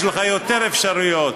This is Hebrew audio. יש לך יותר אפשרויות,